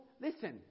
listen